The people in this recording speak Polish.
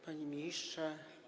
Panie Ministrze!